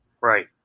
Right